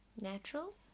Natural